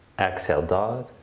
exhale dog.